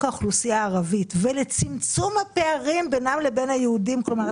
האוכלוסייה הערבית ולצמצום הפערים בינם לבין היהודים כלומר,